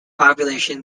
population